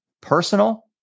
personal